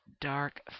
dark